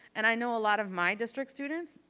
and i know a lot of my district students,